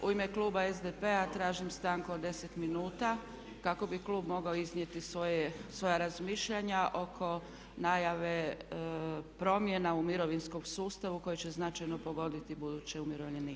U ime Kluba SDP-a tražim stanku od 10 minuta kako bi Klub mogao iznijeti svoja razmišljanja oko najave promjena u Mirovinskom sustavu koje će značajno pogoditi buduće umirovljenike.